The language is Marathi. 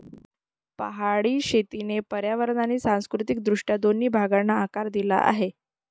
पहाडी शेतीने पर्यावरण आणि सांस्कृतिक दृष्ट्या दोन्ही भागांना आकार दिला आहे